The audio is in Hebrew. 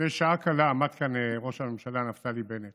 לפני שעה קלה עמד כאן ראש הממשלה נפתלי בנט